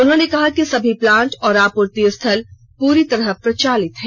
उन्होंने कहा कि सभी प्लांट और आपूर्ति स्थल पूरी तरह प्रचालित है